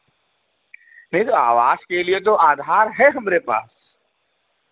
नहीं तो आवास के लिए तो आधार है हमारे पास